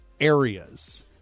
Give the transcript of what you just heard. areas